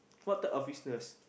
what type of business